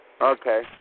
Okay